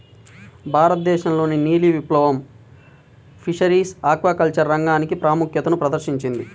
భారతదేశంలోని నీలి విప్లవం ఫిషరీస్ ఆక్వాకల్చర్ రంగానికి ప్రాముఖ్యతను ప్రదర్శించింది